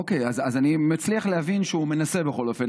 אוקיי, אז אני מצליח להבין שהוא מנסה, בכל אופן.